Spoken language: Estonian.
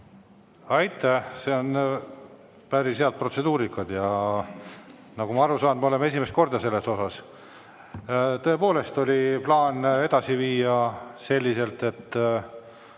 Aitäh! See on päris hea protseduurika. Nagu ma aru saan, me oleme esimest korda sellises olukorras. Tõepoolest oli plaan edasi minna selliselt, et